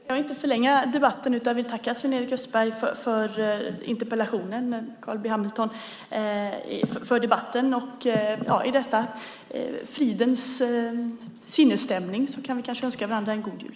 Fru talman! Jag ska inte förlänga debatten utan tackar Sven-Erik Österberg och Carl B Hamilton för debatten. I denna fridens sinnesstämning kanske vi kan önska varandra en god jul.